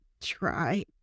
try